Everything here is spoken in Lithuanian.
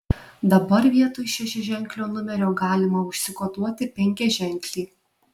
dabar vietoj šešiaženklio numerio galima užsikoduoti penkiaženklį